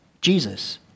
Jesus